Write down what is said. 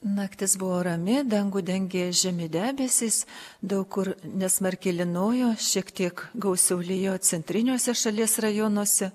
naktis buvo rami dangų dengė žemi debesys daug kur nesmarkiai lynojo šiek tiek gausiau lijo centriniuose šalies rajonuose